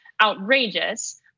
outrageous